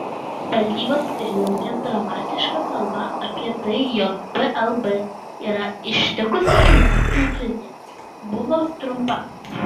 valdybos pirmininkės dramatiška kalba apie tai jog plb yra ištikusi finansinė krizė buvo trumpa